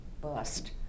bust